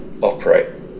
operate